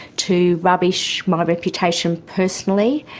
to rubbish my reputation personally.